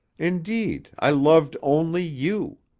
indeed, i loved only you.